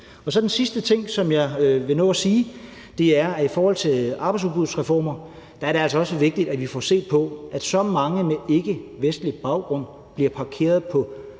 det. Den sidste ting, som jeg vil nå at sige, er, at det i forhold til arbejdsudbudsreformer altså også er vigtigt, at vi får set på, at så mange med ikkevestlig baggrund bliver parkeret på